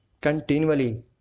continually